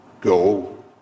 go